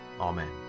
Amen